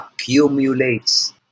accumulates